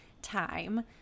time